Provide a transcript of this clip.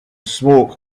smoke